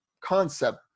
concept